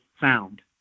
sound